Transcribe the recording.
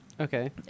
Okay